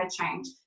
change